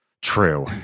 True